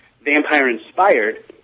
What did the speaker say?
vampire-inspired